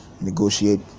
negotiate